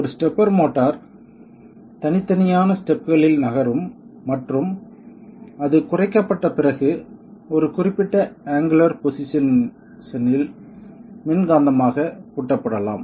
ஒரு stepper motor தனித்தனியான ஸ்டெப்களில் நகரும் மற்றும் அது குறைக்கப்பட்ட பிறகு ஒரு குறிப்பிட்ட ஆங்குலர் பொசிஷன் இல் மின்காந்தமாக பூட்டப்படலாம்